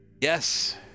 Yes